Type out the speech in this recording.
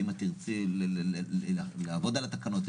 שאם את תרצי לעבוד על התקנות,